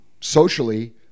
socially